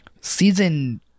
season